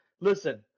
Listen